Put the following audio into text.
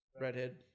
redhead